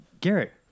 Garrett